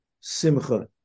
simcha